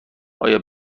آیا